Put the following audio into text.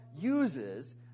uses